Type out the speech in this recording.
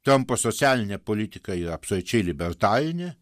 trampo socialinė politika yra absoliučiai libertarinė